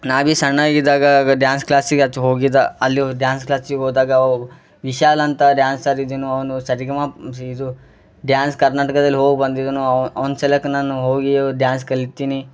ನಾ ಬಿ ಸಣ್ಣ ಇದ್ದಾಗ ಗ ಡ್ಯಾನ್ಸ್ ಕ್ಲಾಸಿಗ್ ಅಚ್ ಹೋಗಿದ್ದೆ ಅಲ್ಲಿ ಡ್ಯಾನ್ಸ್ ಕ್ಲಾಸಿಗೆ ಹೋದಾಗ ಅವ ವಿಶಾಲ ಅಂತ ಡ್ಯಾನ್ಸರ್ ಇದಿನೋ ಅವನು ಸ ರಿ ಗ ಮ ಜಿ ಇದು ಡ್ಯಾನ್ಸ್ ಕರ್ನಾಟಕದಲ್ಲಿ ಹೋಗಿ ಬಂದಿದ್ದನು ಅವ ಅವ್ನು ಸೆಲಕ್ ನಾನು ಹೋಗಿ ಡ್ಯಾನ್ಸ್ ಕಲಿತೀನಿ